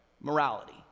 morality